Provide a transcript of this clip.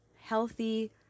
healthy